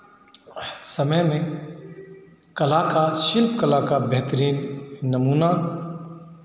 समय में कला का शिल्प कला का बेहतरीन नमूना